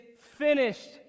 finished